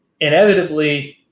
inevitably –